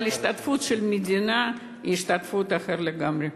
אבל ההשתתפות של המדינה היא השתתפות אחרת לגמרי.